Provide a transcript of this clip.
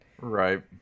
Right